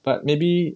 but maybe